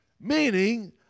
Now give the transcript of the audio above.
Meaning